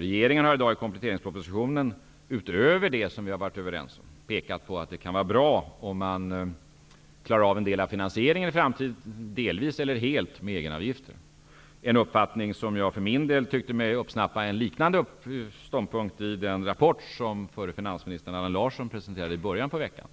Regeringen har i dag i kompletteringspropositionen, utöver det som vi har varit överens om, pekat på att det kan vara bra om man i framtiden klarar av en del av finansieringen delvis eller helt med egenavgifter. Jag tyckte mig uppsnappa en liknande ståndpunkt i den rapport som förre finansministern Allan Larsson presenterade i början av veckan.